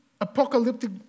apocalyptic